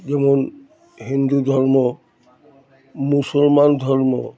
যেমন হিন্দু ধর্ম মুসলমান ধর্ম